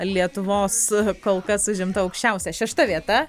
lietuvos kol kas užimta aukščiausia šešta vieta